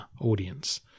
audience